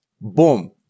Boom